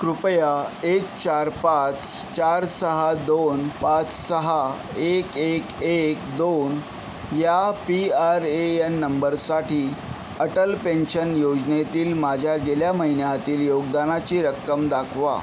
कृपया एक चार पाच चार सहा दोन पाच सहा एक एक एक दोन या पी आर ए एन नंबरसाठी अटल पेन्शन योजनेतील माझ्या गेल्या महिन्यातील योगदानाची रक्कम दाखवा